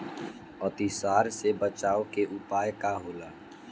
अतिसार से बचाव के उपाय का होला?